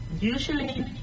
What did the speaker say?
Usually